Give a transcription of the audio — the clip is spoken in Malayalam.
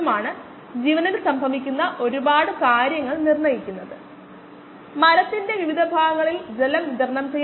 46 ആയി സംഭവിക്കുന്ന ഇന്റർസെപ്റ്റ് 1 by vm ഉം ആണ്